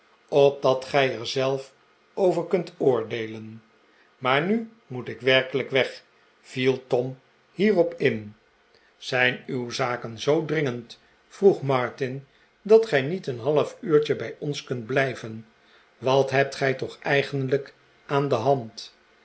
opdat gij er zelf over kunt oordeelen maar riu moet ik werkelijk weg viel tom hierop in zijn uw zaken zoo dringend vroeg martin dat gij niet een half uurtje bij ons kunt blijven wat hebt gij toch eigenlijk aan de hand